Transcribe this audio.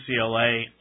UCLA